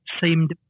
seemed